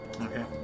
Okay